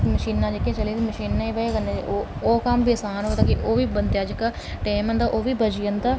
मशीनां जेह्कियां चली दियां मशीनै दी बजह कन्नै ओह् कम्म बी आसान होए दा कि ओह् कम्म बी जेह्का टैम होंदा ओह्बी बची जंदा